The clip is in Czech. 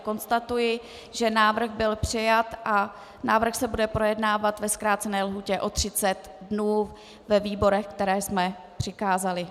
Konstatuji, že návrh byl přijat a návrh se bude projednávat ve zkrácené lhůtě o 30 dnů ve výborech, které jsme přikázali.